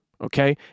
Okay